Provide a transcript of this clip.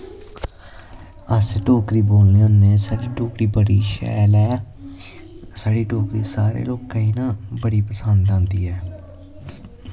अस डोगरी बोलने होन्ने साढ़ी डोगरी बड़ी शैल ऐ साढ़ी डोगरी न सारैं लोकें गी बड़ी पसंद आंदी ऐ